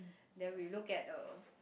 then we look at a